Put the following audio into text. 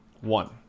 One